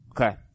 Okay